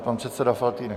Pan předseda Faltýnek.